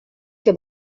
que